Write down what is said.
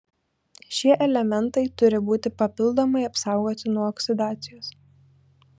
šie elementai turi būti papildomai apsaugoti nuo oksidacijos